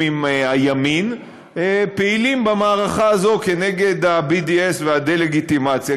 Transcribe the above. עם הימין פעילים במערכה הזו כנגד ה-BDS והדה-לגיטימציה,